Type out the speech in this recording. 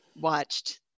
watched